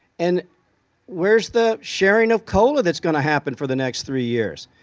and where's the sharing of cola that's going to happen for the next three years,